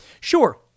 Sure